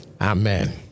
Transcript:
Amen